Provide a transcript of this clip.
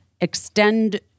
extend